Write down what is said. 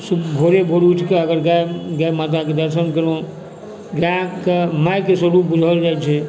सु भोरे भोर उठि कऽ अगर गाए गाए माताके दर्शन केलहुँ गाएके मायके स्वरूप बूझल जाइत छै